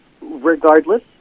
regardless